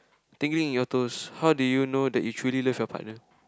tingling in your toes how do you know that you truly love your partner